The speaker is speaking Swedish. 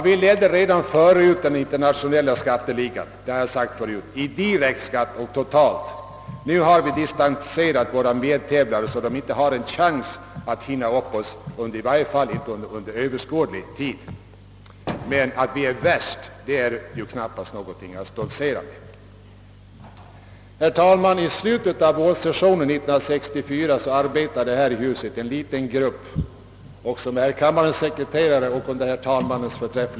Vi ledde redan tidigare den internationella skatteligan i fråga om direkt skatt och totalt.